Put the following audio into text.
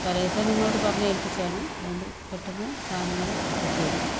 തലേദിവസം നിങ്ങളോട് പറഞ്ഞ് എല്പിച്ചതാണ് അതുകൊണ്ട് പെട്ടന്ന് സാധനങ്ങള് എത്തിച്ചുതരിക